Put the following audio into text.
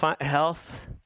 health